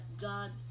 God